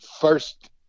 first